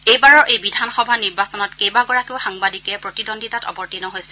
এইবাৰৰ এই বিধানসভা নিৰ্বাচনত কেইবাগৰাকীও সাংবাদিকে প্ৰতিদ্বন্দ্বিতাত অৱতীৰ্ণ হৈছে